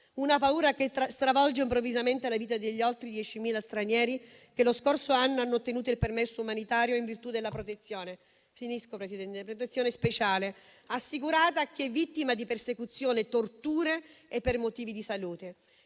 una paura che stravolge improvvisamente la vita degli oltre 10.000 stranieri che lo scorso anno hanno ottenuto il permesso umanitario in virtù della protezione speciale assicurata a chi è vittima di persecuzione e torture, per motivi di salute